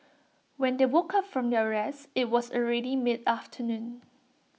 when they woke up from their rest IT was already mid afternoon